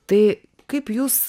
tai kaip jūs